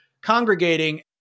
congregating